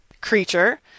creature